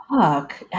fuck